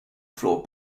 floor